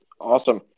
Awesome